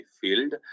field